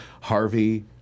Harvey